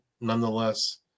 nonetheless